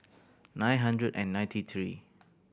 nine hundred and ninety three